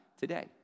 today